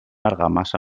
argamassa